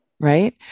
Right